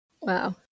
Wow